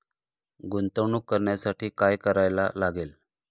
गुंतवणूक करण्यासाठी काय करायला लागते?